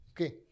Okay